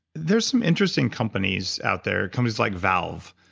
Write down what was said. there's some interesting companies out there, companies like valve,